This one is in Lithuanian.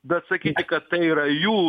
bet sakyti kad tai yra jų